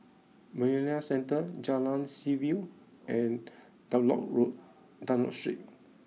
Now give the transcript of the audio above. Marina Centre Jalan Seaview and Dunlop road Dunlop Street